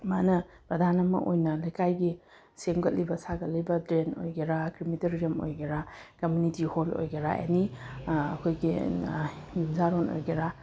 ꯃꯥꯅ ꯄ꯭ꯔꯙꯥꯟ ꯑꯃ ꯑꯣꯏꯅ ꯂꯩꯀꯥꯏꯒꯤ ꯁꯦꯝꯒꯠꯂꯤꯕ ꯁꯥꯒꯠꯂꯤꯕ ꯗ꯭ꯔꯦꯟ ꯑꯣꯏꯒꯦꯔ ꯂꯩꯀꯥꯏꯒꯤ ꯀ꯭ꯔꯦꯃꯤꯇꯔꯤꯌꯝ ꯑꯣꯏꯒꯦꯔ ꯀꯃꯨꯅꯤꯇꯤ ꯍꯣꯜ ꯑꯣꯏꯒꯦꯔ ꯑꯦꯅꯤ ꯑꯩꯈꯣꯏꯒꯤ ꯌꯨꯝꯁꯥꯔꯣꯟ ꯑꯣꯏꯒꯦꯔ